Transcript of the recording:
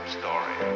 story